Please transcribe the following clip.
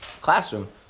classroom